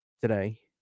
today